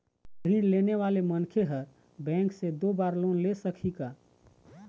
ऋण लेने वाला मनखे हर बैंक से दो बार लोन ले सकही का?